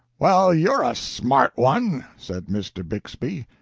well, you're a smart one, said mr. bixby.